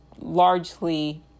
largely